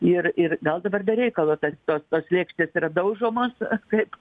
ir ir gal dabar be reikalo tas tos tos lėkštės yra daužomos kaip